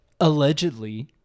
Allegedly